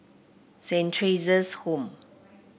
Saint Theresa's Home